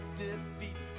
defeat